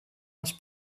les